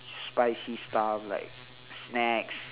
spicy stuff like snacks